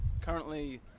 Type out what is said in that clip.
currently